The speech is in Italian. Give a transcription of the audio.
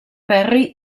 ferri